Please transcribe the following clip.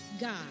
God